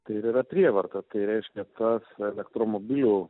tai ir yra prievarta tai reiškia tas elektromobilių